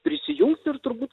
prisijungs ir turbūt